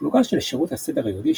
פלוגה של שירות הסדר היהודי,